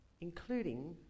including